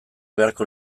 beharko